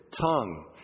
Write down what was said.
tongue